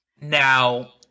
Now